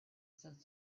since